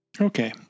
Okay